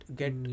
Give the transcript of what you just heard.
get